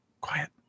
quiet